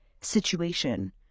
situation